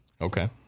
Okay